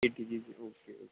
eighty K G okay okay